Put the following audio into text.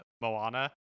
Moana